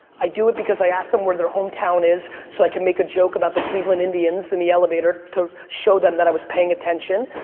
i do it because i asked them where their hometown is so i can make a joke about the cleveland indians in the elevator to show them that i was paying attention.